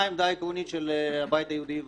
מה העמדה העקרונית של הבית היהודי והליכוד.